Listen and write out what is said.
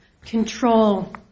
control